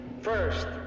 first